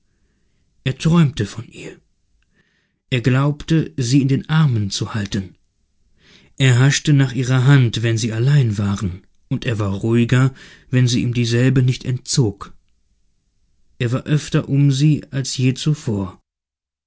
er träumte von ihr er glaubte sie in den armen zu halten er haschte nach ihrer hand wenn sie allein waren und er war ruhiger wenn sie ihm dieselbe nicht entzog er war öfter um sie als je zuvor